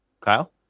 Kyle